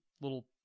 little